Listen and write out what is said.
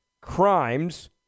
crimes